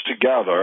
together